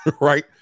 right